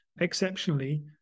exceptionally